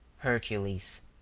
hercules.